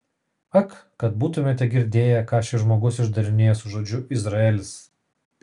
ak kad būtumėte girdėję ką šis žmogus išdarinėja su žodžiu izraelis